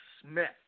Smith